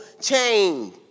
change